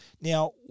Now